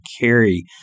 carry